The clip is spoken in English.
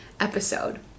episode